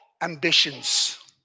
ambitions